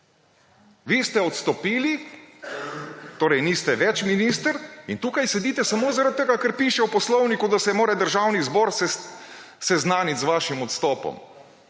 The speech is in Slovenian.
Vi ste odstopili, torej niste več minister in tukaj sedite samo zaradi tega, ker piše v poslovniku, da se mora Državni zbor seznaniti z vašim odstopom.